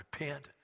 repent